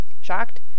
Shocked